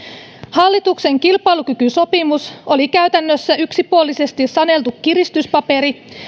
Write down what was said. hallituksen kilpailukykysopimus oli käytännössä yksipuolisesti saneltu kiristyspaperi